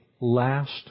last